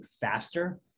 faster